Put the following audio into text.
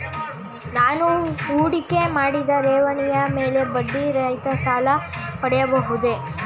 ನಾನು ಹೂಡಿಕೆ ಮಾಡಿದ ಠೇವಣಿಯ ಮೇಲೆ ಬಡ್ಡಿ ರಹಿತ ಸಾಲ ಪಡೆಯಬಹುದೇ?